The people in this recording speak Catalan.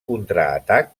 contraatac